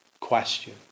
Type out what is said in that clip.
question